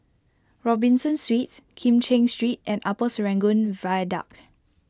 Robinson Suites Kim Cheng Street and Upper Serangoon Viaduct